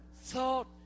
thought